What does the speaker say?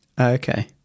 Okay